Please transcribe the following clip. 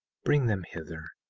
bring them hither.